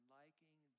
liking